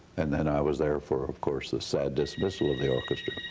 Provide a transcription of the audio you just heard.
and then i was there for of course the sad dismissal of the orchestra.